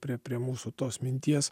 prie prie mūsų tos minties